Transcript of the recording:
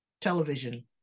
television